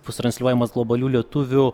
bus transliuojamas globalių lietuvių